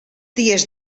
dies